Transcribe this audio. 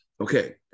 okay